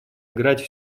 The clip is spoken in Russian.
играть